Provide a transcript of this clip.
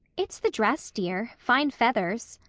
it's the dress, dear. fine feathers.